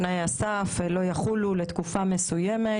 תנאי הסף לא יחולו לתקופה מסוימת.